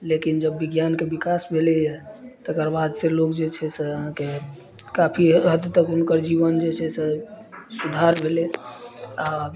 लेकिन जब विज्ञानके विकास भेलै तकर बाद सऽ लोग जे छै से अहाँके काफी हद तक हुनकर जीवन जे छै से सुधार भेलै आ